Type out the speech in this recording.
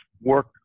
work